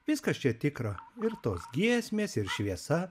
viskas čia tikra ir tos giesmės ir šviesa